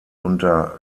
unter